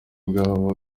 bwabo